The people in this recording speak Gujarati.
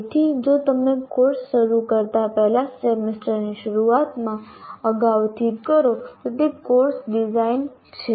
તેથી જો તમે કોર્સ શરૂ કરતા પહેલા સેમેસ્ટરની શરૂઆતમાં અગાઉથી કરો તો તે કોર્સ ડિઝાઇન છે